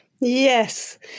Yes